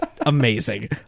amazing